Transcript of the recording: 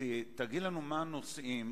תגיד לנו מהם הנושאים,